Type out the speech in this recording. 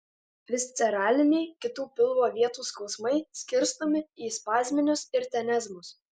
visceraliniai kitų pilvo vietų skausmai skirstomi į spazminius ir tenezmus